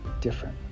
different